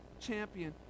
champion